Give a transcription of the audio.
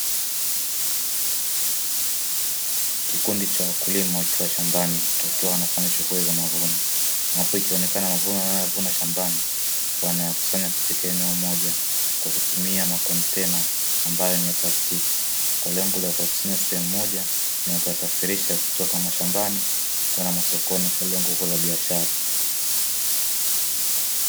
Kikundi cha wakulima wakiwa shambani wakiwa wanafanya shughuli za mavuno, ambapo ikionekana mavuno wanayoyavuna shambani wanayakusanya katika eneo moja kwa kutumia makontena ambayo ni ya plastiki; kwa lengo la kuyakusanya sehemu moja na kuyasafirisha kutoka mashambani kwenda masokoni kwa lengo kuu la biashara.